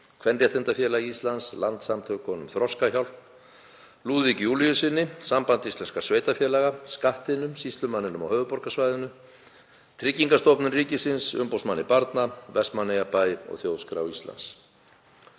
Kvenréttindafélagi Íslands, Landssamtökunum Þroskahjálp, Lúðvík Júlíussyni, Sambandi íslenskra sveitarfélaga, Skattinum, sýslumanninum á höfuðborgarsvæðinu, Tryggingastofnun ríkisins, umboðsmanni barna, Vestmannaeyjabæ og Þjóðskrá Íslands.